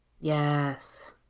Yes